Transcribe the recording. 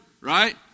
right